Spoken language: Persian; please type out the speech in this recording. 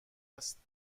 است